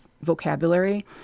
vocabulary